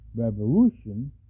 Revolution